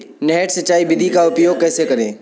नहर सिंचाई विधि का उपयोग कैसे करें?